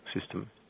system